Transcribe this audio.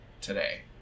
today